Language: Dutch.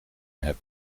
heb